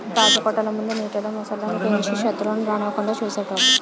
రాజకోటల ముందు నీటిలో మొసళ్ళు ను పెంచి సెత్రువులను రానివ్వకుండా చూసేటోలు